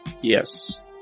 Yes